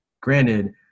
Granted